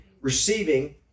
receiving